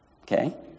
Okay